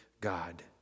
God